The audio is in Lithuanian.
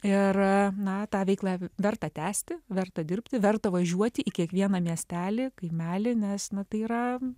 ir na tą veiklą verta tęsti verta dirbti verta važiuoti į kiekvieną miestelį kaimelį nes na tai yra